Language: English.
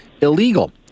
illegal